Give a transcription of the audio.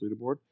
Leaderboard